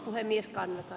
puhemies kannata